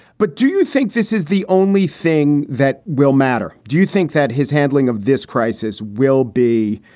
but do you think this is the only thing that will matter? do you think that his handling of this crisis will be?